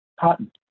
Cotton